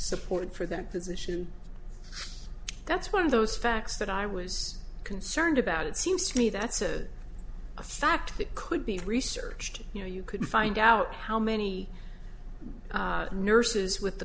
support for that position that's one of those facts that i was concerned about it seems to me that's a fact that could be researched you know you could find out how many nurses with the